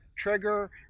trigger